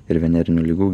ir venerinių ligų